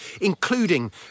including